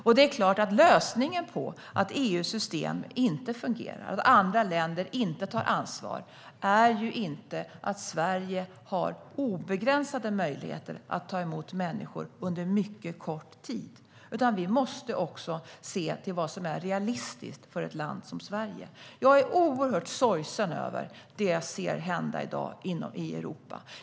Och lösningen på att EU:s system inte fungerar - att andra länder inte tar ansvar - är inte att Sverige har obegränsade möjligheter att ta emot människor under mycket kort tid. Vi måste också se till vad som är realistiskt för ett land som Sverige. Jag är oerhört sorgsen över det jag i dag ser hända i Europa.